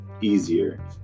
easier